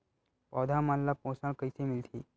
पौधा मन ला पोषण कइसे मिलथे?